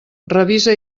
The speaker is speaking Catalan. revisa